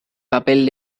papel